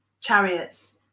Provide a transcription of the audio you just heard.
chariots